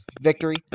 victory